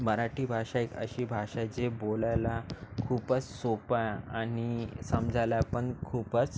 मराठी भाषा एक अशी भाषा आहे जे बोलायला खूपस सोपं आहे आणि समजायला पण खूपच